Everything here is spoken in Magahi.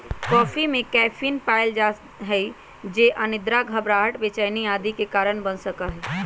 कॉफी में कैफीन पावल जा हई जो अनिद्रा, घबराहट, बेचैनी आदि के कारण बन सका हई